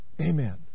Amen